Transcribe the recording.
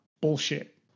bullshit